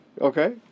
Okay